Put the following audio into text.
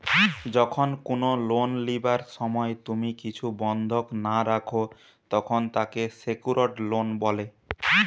যখন কুনো লোন লিবার সময় তুমি কিছু বন্ধক না রাখো, তখন তাকে সেক্যুরড লোন বলে